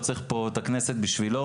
לא צריך פה את הכנסת בשבילו,